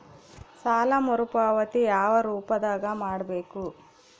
ಸಾಲ ಮರುಪಾವತಿ ಯಾವ ರೂಪದಾಗ ಮಾಡಬೇಕು?